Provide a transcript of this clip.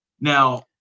Now